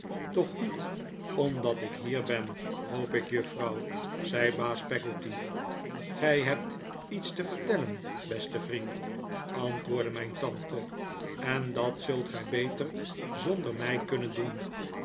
toch niet omdat ik hier ben hoop ik juffrouw zei baas peggotty gij hebt iets te vertellen beste vriend antwoordde mijn tante en dat zult gij beter zonder mij kunnen doen